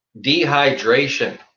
dehydration